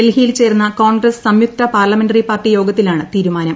ഡൽഹിയിൽ ചേർന്ന കോൺഗ്രസ് സംയുക്ത പാർ ലമെന്ററി പാർട്ടി യോഗത്തിലാണ് തീരുമാനം